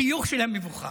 החיוך של המבוכה.